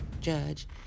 Judge